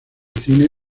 cine